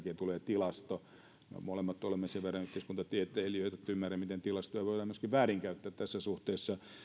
tulee tilasto me molemmat olemme sen verran yhteiskuntatieteilijöitä että ymmärrämme miten tilastoja voidaan myöskin väärinkäyttää tässä suhteessa